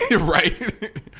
Right